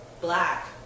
black